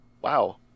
wow